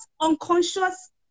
unconscious